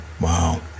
Wow